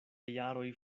jaroj